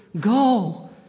Go